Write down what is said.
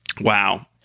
Wow